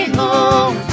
home